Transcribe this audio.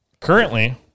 Currently